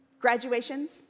Graduations